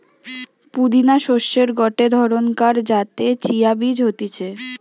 পুদিনা শস্যের গটে ধরণকার যাতে চিয়া বীজ হতিছে